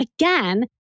again